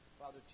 Father